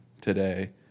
today